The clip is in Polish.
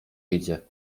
idzie